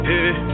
Hey